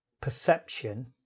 perception